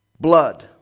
blood